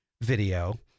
video